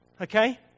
okay